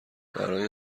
برا